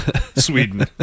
Sweden